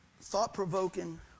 thought-provoking